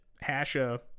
Hasha